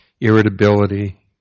irritability